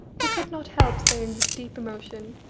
he could not help saying with deep emotion,